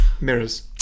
Mirrors